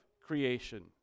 creation